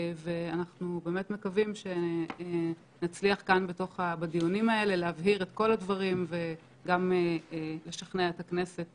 אנחנו מקווים שנצליח בדיונים האלה להבהיר את הדברים ולשכנע את הכנסת